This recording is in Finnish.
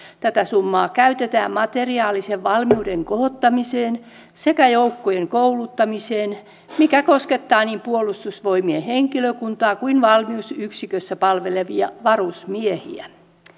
tätä summaa käytetään materiaalisen valmiuden kohottamiseen sekä joukkojen kouluttamiseen mikä koskettaa niin puolustusvoimien henkilökuntaa kuin valmiusyksikössä palvelevia varusmiehiä